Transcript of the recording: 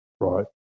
right